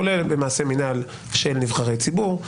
כולל במעשי מינהל של נבחרי ציבור.